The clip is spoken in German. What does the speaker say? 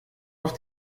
auf